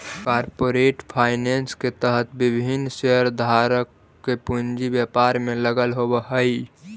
corporate finance के तहत विभिन्न शेयरधारक के पूंजी व्यापार में लगल होवऽ हइ